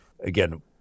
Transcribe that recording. Again